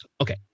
okay